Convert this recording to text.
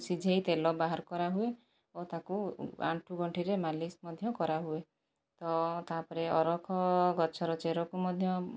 ସିଝାଇ ତେଲ ବାହାର କରାହୁଏ ଓ ତାକୁ ଆଣ୍ଠୁଗଣ୍ଠିରେ ମାଲିସ୍ ମଧ୍ୟ କରାହୁଏ ତ ତା'ପରେ ଅରଖ ଗଛର ଚେରକୁ ମଧ୍ୟ